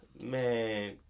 man